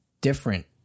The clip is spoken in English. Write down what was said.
different